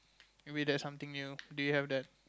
maybe that's something new do you have that